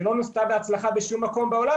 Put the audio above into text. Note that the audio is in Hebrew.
שלא נוסתה בהצלחה בשום מקום בעולם,